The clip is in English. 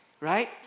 right